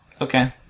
Okay